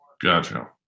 Gotcha